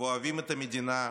ואוהבים את המדינה,